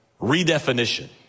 redefinition